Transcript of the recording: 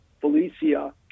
Felicia